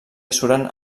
suren